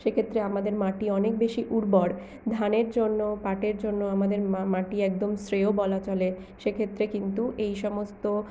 সেক্ষেত্রে আমাদের মাটি অনেক বেশি উর্বর ধানের জন্য পাটের জন্য আমাদের মাটি একদম শ্রেয় বলা চলে সেক্ষেত্রে কিন্তু এই সমস্ত